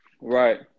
Right